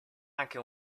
anche